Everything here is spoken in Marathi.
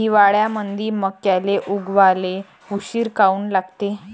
हिवाळ्यामंदी मक्याले उगवाले उशीर काऊन लागते?